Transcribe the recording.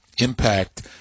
impact